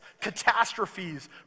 catastrophes